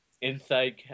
Inside